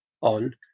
on